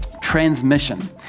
Transmission